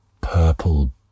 purple